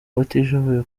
abatishoboye